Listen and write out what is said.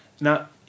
Now